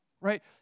right